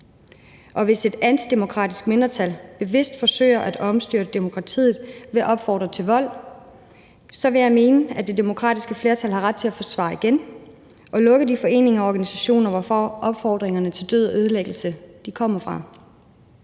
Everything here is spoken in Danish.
Og hvis et antidemokratisk mindretal bevidst forsøger at omstyrte demokratiet ved at opfordre til vold, så vil jeg mene, at det demokratiske flertal har ret til at svare igen og lukke de foreninger og organisationer, hvor opfordringerne til død og ødelæggelse kommer fra.